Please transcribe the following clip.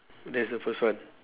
that's the first one